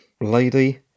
lady